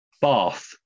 Bath